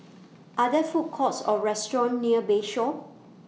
Are There Food Courts Or restaurants near Bayshore